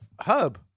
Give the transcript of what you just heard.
Hub